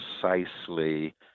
precisely